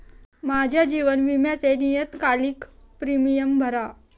माझ्या जीवन विम्याचे नियतकालिक प्रीमियम भरा